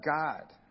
God